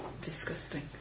Disgusting